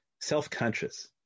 self-conscious